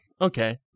Okay